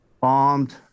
bombed